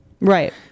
Right